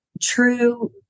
true